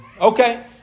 Okay